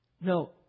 No